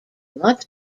not